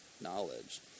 knowledge